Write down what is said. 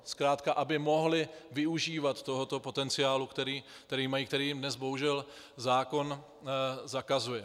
Zkrátka aby mohli využívat tohoto potenciálu, který mají, který jim dnes bohužel zákon zakazuje.